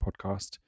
podcast